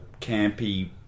campy